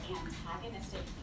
antagonistic